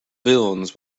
villains